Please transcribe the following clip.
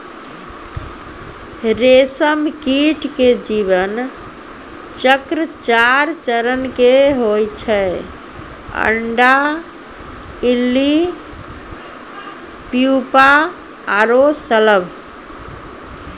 रेशम कीट के जीवन चक्र चार चरण के होय छै अंडा, इल्ली, प्यूपा आरो शलभ